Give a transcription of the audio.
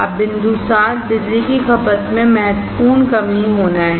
अब बिंदु 7 बिजली की खपत में महत्वपूर्ण कमी होना है